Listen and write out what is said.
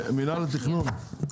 מינהל התכנון.